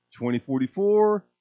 2044